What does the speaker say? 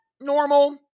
normal